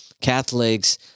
Catholics